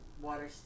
water